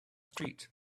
street